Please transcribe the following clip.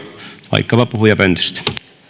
vaikkapa puhujapöntöstä